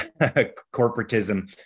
corporatism